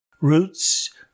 roots